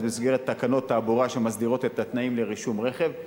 אז במסגרת תקנות תעבורה שמסדירות את התנאים לרישום רכב,